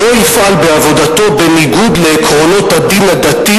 "לא יפעל בעבודתו בניגוד לעקרונות הדין הדתי